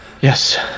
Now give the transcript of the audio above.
Yes